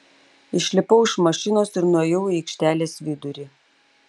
išlipau iš mašinos ir nuėjau į aikštelės vidurį